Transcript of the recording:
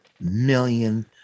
million